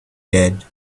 dad